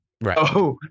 Right